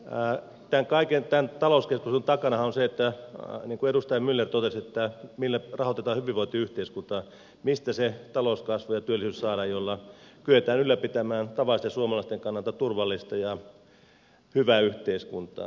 totean että kaiken tämän talouskeskustelun takanahan on se niin kuin edustaja myller totesi millä rahoitetaan hyvinvointiyhteiskuntaa mistä saadaan se talouskasvu ja työllisyys joilla kyetään ylläpitämään tavallisten suomalaisten kannalta turvallista ja hyvää yhteiskuntaa